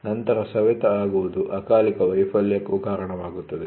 ನಂತರ ಸವೆತ ಆಗುವುದು ಅಕಾಲಿಕ ವೈಫಲ್ಯಕ್ಕೂ ಕಾರಣವಾಗುತ್ತದೆ